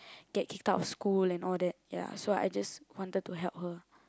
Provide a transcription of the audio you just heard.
get kicked out of school and all that ya so I just wanted to help her